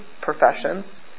professions